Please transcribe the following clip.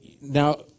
Now